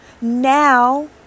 Now